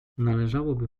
należałoby